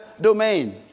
domain